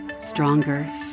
stronger